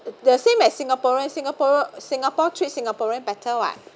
the same as singaporean singapore singapore treat singaporean better what